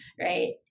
right